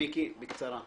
מיקי, בקצרה.